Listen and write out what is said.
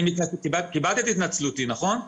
קיבלת את התנצלותי, נכון?